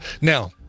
Now